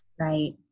Right